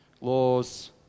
laws